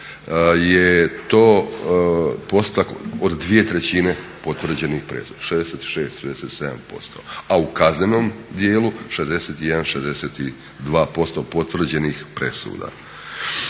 je to postotak od 2/3 potvrđenih presuda, 66-67%, a u kaznenom dijelu 61-62% potvrđenih presuda.